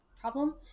problem